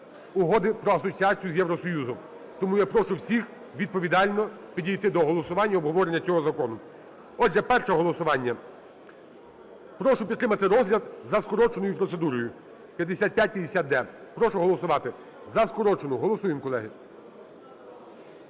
Угоди про асоціацію з Євросоюзом. Тому я прошу всіх відповідально підійти до голосування і обговорення цього закону. Отже, перше голосування. Прошу підтримати розгляд за скороченою процедурою 5550-д. Прошу голосувати за скорочену, голосуємо, колеги.